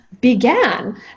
Began